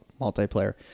multiplayer